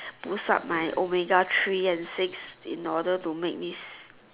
boost up my oh my god three and six in order to make these